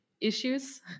issues